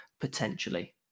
potentially